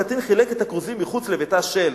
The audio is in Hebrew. הקטין חילק את הכרוזים מחוץ לביתה של,